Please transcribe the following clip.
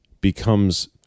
becomes